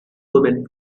woman